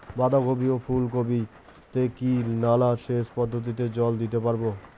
বাধা কপি ও ফুল কপি তে কি নালা সেচ পদ্ধতিতে জল দিতে পারবো?